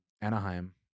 Anaheim